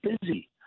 busy